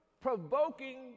provoking